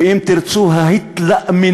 ואם תרצו ההתלאמנות,